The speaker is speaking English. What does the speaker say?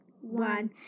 one